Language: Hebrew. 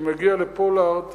שמגיע לפולארד